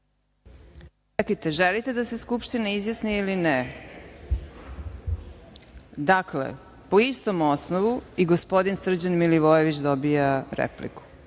ili ne da se Skupština izjasni? (Ne)Dakle, po istom osnovu, i gospodin Srđan Milivojević dobija repliku,